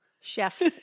chefs